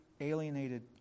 alienated